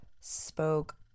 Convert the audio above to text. spoke